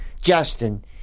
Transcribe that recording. Justin